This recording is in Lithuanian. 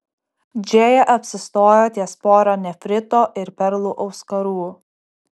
džėja apsistojo ties pora nefrito ir perlų auskarų